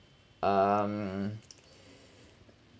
uh mm